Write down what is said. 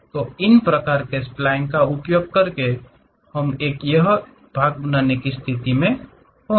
तो इन प्रकार के स्प्लाएन का उपयोग करके हम एक यह के भाग बनाने की स्थिति निर्माण करेंगे